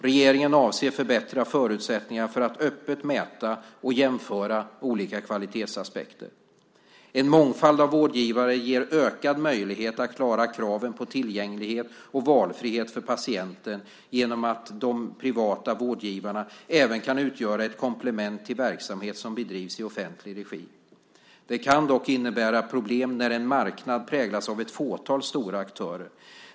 Regeringen avser att förbättra förutsättningarna för att öppet mäta och jämföra olika kvalitetsaspekter. En mångfald av vårdgivare ger ökad möjlighet att klara kraven på tillgänglighet och valfrihet för patienten genom att de privata vårdgivarna även kan utgöra ett komplement till verksamhet som bedrivs i offentlig regi. Det kan dock innebära problem när en marknad präglas av ett fåtal stora aktörer.